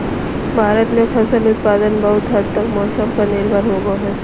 भारत में फसल उत्पादन बहुत हद तक मौसम पर निर्भर होबो हइ